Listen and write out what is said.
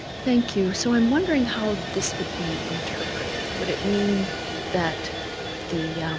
thank you. so i'm wondering how this would be interpreted. would it mean that the